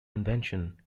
invention